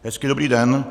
Hezký dobrý den.